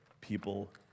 people